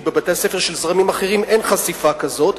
כי בבתי-הספר של זרמים אחרים אין חשיפה כזאת.